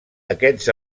aquests